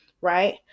right